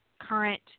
current